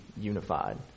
unified